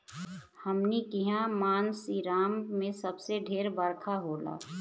हमनी किहा मानसींराम मे सबसे ढेर बरखा होला